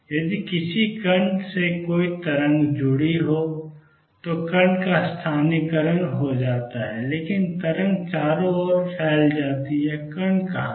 यदि किसी कण से कोई तरंग जुड़ी हो तो कण का स्थानीकरण हो जाता है लेकिन तरंग चारों ओर फैल जाती है कण कहाँ है